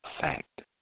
fact